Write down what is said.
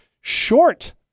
short